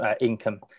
income